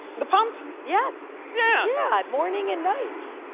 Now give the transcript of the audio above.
the pump? yes. yeah. yeah, morning and night.